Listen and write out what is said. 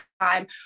time